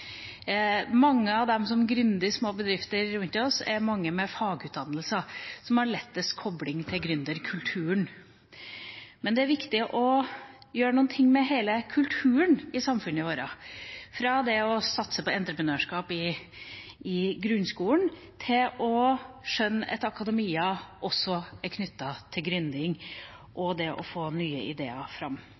Mange av dem som gründer små bedrifter rundt oss, har fagutdannelse, som har lettest kobling til gründerkulturen. Men det er viktig å gjøre noe med hele kulturen i samfunnet vårt, fra det å satse på entreprenørskap i grunnskolen til å skjønne at akademia også er knyttet til gründing og det å få nye ideer fram.